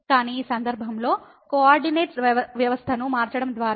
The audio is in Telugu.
కానీ ఈ సందర్భంలో కోఆర్డినేట్ వ్యవస్థను మార్చడం ద్వారా